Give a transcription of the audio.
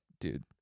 dude